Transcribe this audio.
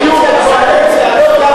היו בקדנציה הזאת,